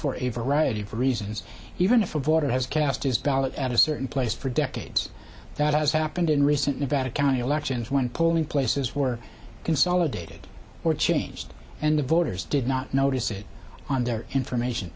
for a variety of reasons even if of water has cast his ballot at a certain place for decades that has happened in recent nevada county elections when polling places were consolidated or changed and the voters did not notice it on their information